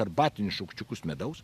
arbatinius šaukščiukus medaus